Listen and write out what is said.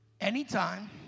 Anytime